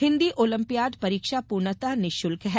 Hindi olympiad परीक्षा पूर्णतः निःशुल्क है